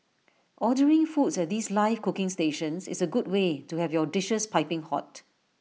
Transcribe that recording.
ordering foods at these live cooking stations is A good way to have your dishes piping hot